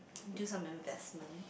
do some investment